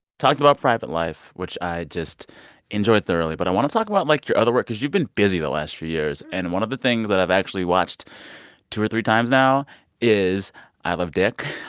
talked about private life, which i just enjoyed thoroughly. but i want to talk about, like, your other work cause you've been busy the last few years. years. and one of the things that i've actually watched two or three times now is i love dick.